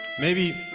maybe,